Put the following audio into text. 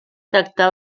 tractar